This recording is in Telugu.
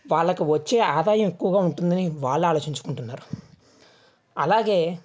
వాళ్ళకు వచ్చే ఆదాయం ఎక్కువగా ఉంటుంది అని వాళ్ళు ఆలోచించుకుంటున్నారు అలాగే